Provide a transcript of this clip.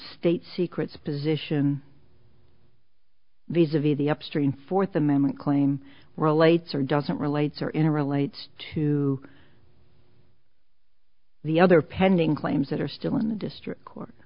state secrets position these of the the upstream fourth amendment claim relates or doesn't relate sir in a relates to the other pending claims that are still in the district court